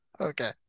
Okay